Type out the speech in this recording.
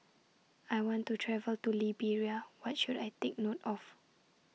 I want to travel to Liberia What should I Take note of